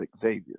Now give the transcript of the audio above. Xavier